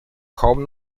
kaum